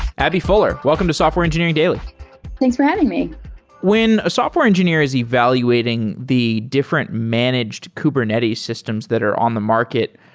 abby fuller, welcome to software engineering daily thanks for having me when a software engineer is evaluating the different managed kubernetes systems that are on the market,